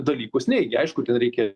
dalykus neigia aišku ten reikia